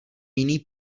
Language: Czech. jiný